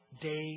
day